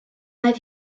aeth